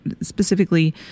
specifically